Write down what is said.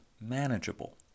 manageable